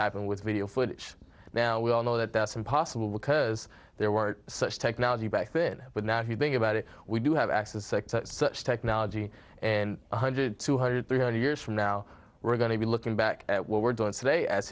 happened with video footage now we all know that that's impossible because there were such technology back then but now if you think about it we do have access to such technology and one hundred two hundred three hundred years from now we're going to be looking back at what we're doing today as